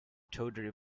tawdry